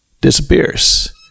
disappears